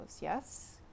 Yes